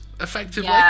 effectively